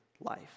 life